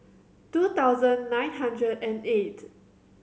two thousand nine hundred and eight